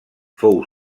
fou